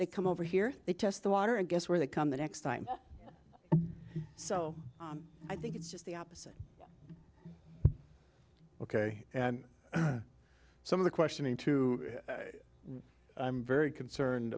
they come over here they test the water and guess where they come the next time so i think it's just the opposite ok and some of the questioning too i'm very concerned